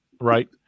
right